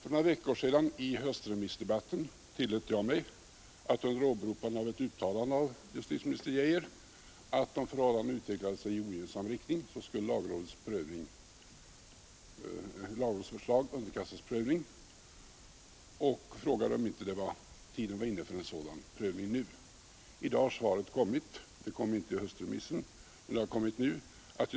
I höstremissdebatten för några veckor sedan tillät jag mig att åberopa ett uttalande av justitieminister Geijer, att om förhållandena utvecklade sig i ogynnsam riktning skulle lagrådets förslag underkastas förnyad prövning. Jag frågade om inte tiden var inne för en sådan prövning nu. Svaret kom inte under remissdebatten, men i dag har det kommit.